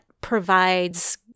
provides